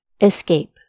Escape